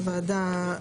אתה בעד.